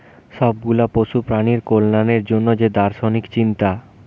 সব গুলা পশু প্রাণীর কল্যাণের জন্যে যে দার্শনিক চিন্তা